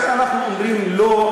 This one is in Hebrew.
כאשר אנחנו אומרים לא,